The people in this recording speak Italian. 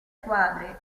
squadre